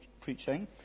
preaching